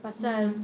mm